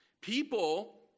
People